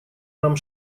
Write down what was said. нам